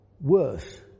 worse